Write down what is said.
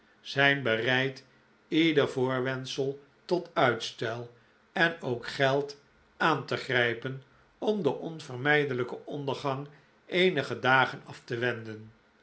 zijn bereid ieder voorwendsel tot uitstel en ook geld aan te grijpen om den onvermijdelijken ondergang eenige dagen af te wenden